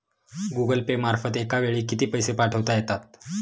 Google Pay मार्फत एका वेळी किती पैसे पाठवता येतात?